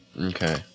Okay